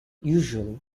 usually